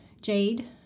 Jade